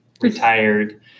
retired